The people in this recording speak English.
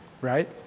right